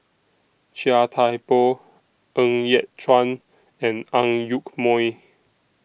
Chia Thye Poh Ng Yat Chuan and Ang Yoke Mooi